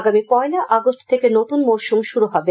আগামী পয়লা আগষ্ট থেকে নতুন মরশুম শুরু হবে